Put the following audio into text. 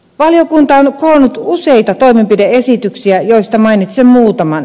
valiokunta on koonnut useita toimenpide esityksiä joista mainitsen muutaman